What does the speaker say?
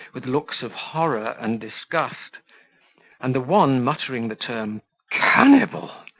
with looks of horror and disgust and the one muttering the term cannibal,